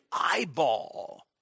eyeball